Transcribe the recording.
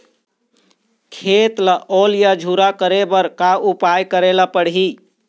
खेत ला ओल या झुरा करे बर का उपाय करेला पड़ही?